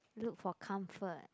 look for comfort